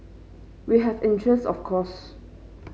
we have interest of course